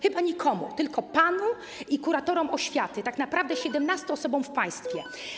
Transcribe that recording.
Chyba nikomu, tylko panu i kuratorom oświaty, tak naprawdę 17 osobom w państwie.